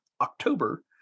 October